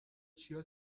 چیا